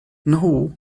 nhw